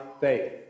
faith